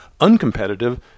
uncompetitive